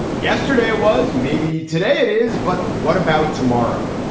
yesterday it was maybe. today it is but what about tomorrow?